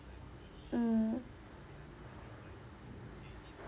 mm